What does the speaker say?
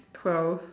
twelve